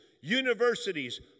universities